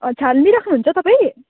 छानिदिइ राख्नुहुन्छ तपाईँ